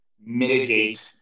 mitigate